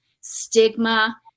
stigma